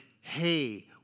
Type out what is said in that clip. hey